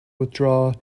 withdraw